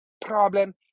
problem